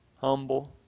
humble